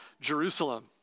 Jerusalem